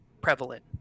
prevalent